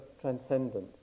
transcendence